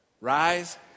Rise